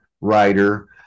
writer